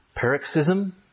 paroxysm